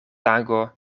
tago